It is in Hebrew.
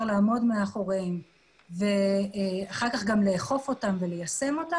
לעמוד מאחוריהם ואחר כך גם לאכוף אותם וליישם אותם,